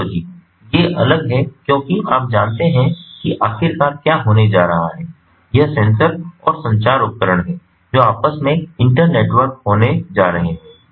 topology ये अलग है क्योंकि आप जानते हैं कि आखिरकार क्या होने जा रहा है यह सेंसर और संचार उपकरण हैं जो आपस में इन्टरनेटवर्क होने जा रहे है